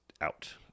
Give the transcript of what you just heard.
out